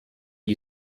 you